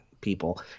people